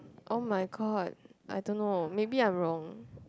[oh]-my-god I don't know maybe I'm wrong